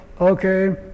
okay